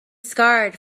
scarred